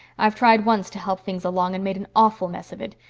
i've tried once to help things along and made an awful mess of it.